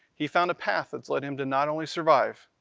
he found a path that's led him to not only survive,